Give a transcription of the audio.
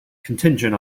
contingent